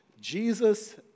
Jesus